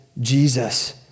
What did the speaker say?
Jesus